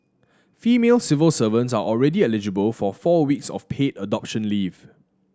female civil servants are already eligible for four weeks of paid adoption leave